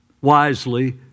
Wisely